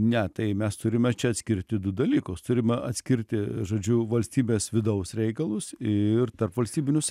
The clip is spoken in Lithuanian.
ne tai mes turime čia atskirti du dalykus turime atskirti žodžiu valstybės vidaus reikalus ir tarpvalstybinius